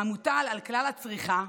המוטל על כלל הצריכה,